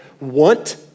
want